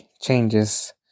changes